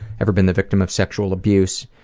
ever been the victim of sexual abuse?